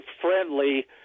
friendly